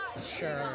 Sure